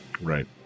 Right